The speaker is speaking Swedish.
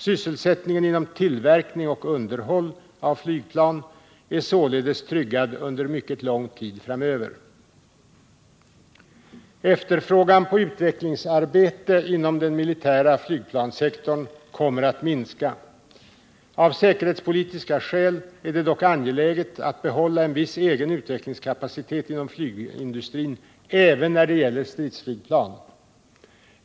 Sysselsättningen inom tillverkning och underhåll av flygplan är således tryggad under mycket lång tid framöver. Efterfrågan på utvecklingsarbete inom den militära flygplanssektorn kommer att minska. Av säkerhetspolitiska skäl är det dock angeläget att behålla en viss egen utvecklingskapacitet inom flygindustrin även när det gäller stridsflygplan.